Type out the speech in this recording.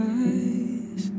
eyes